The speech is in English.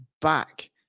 back